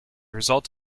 result